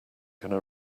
going